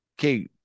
okay